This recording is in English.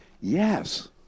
Yes